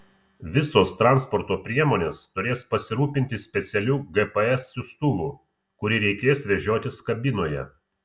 visos transporto priemonės turės pasirūpinti specialiu gps siųstuvu kurį reikės vežiotis kabinoje